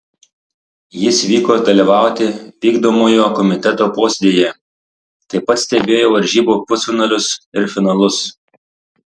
jis vyko dalyvauti vykdomojo komiteto posėdyje taip pat stebėjo varžybų pusfinalius ir finalus